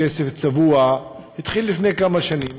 "כסף צבוע" התחילו לפני כמה שנים